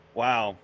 wow